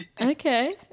Okay